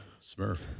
smurf